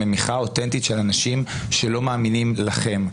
ממחאה אוטנטית של אנשים שלא מאמינים לכם.